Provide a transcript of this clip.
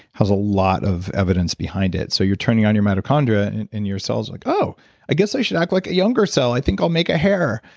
has a lot of evidence behind it. so you're turning on your mitochondria in in your cells like, oh i guess i should act like a younger cell. i think i'll make a hair.